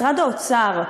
משרד האוצר,